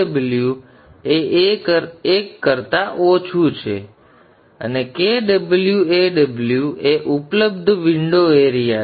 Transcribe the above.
હવે Kw એ 1 કરતા ઓછું છે અને Kw Aw એ ઉપલબ્ધ વિન્ડો એરીયા છે